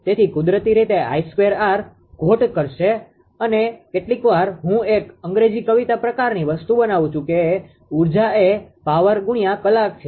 તેથી કુદરતી રીતે 𝐼2𝑟 ખોટ ઘટશે અને કેટલીકવાર હું એક અંગ્રેજી કવિતા પ્રકારની વસ્તુ બનાવું છું કે ઊર્જા એ પાવર×કલાક છે